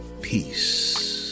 peace